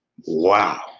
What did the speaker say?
Wow